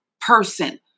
person